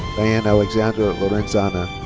dianne alexandra lorenzana.